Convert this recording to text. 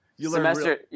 Semester